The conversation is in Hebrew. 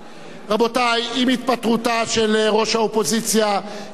עם התפטרותה של ראש האופוזיציה שלי יחימוביץ,